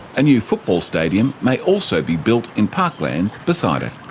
and new football stadium may also be built in parklands beside it.